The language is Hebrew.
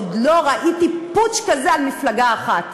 עוד לא ראיתי פוטש כזה על מפלגה אחת.